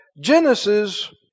Genesis